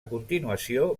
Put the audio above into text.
continuació